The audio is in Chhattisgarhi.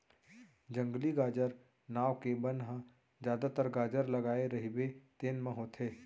जंगली गाजर नांव के बन ह जादातर गाजर लगाए रहिबे तेन म होथे